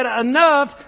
enough